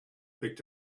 picked